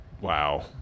wow